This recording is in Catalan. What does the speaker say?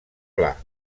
pla